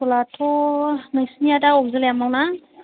स्कुलाथ' नोंसिनिआ दा अगजिलियामआव ना